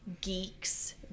geeks